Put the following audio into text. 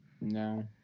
No